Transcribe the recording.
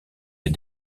des